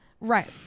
Right